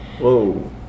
Whoa